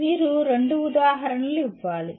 మీరు రెండు ఉదాహరణలు ఇవ్వాలి